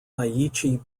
aichi